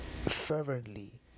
fervently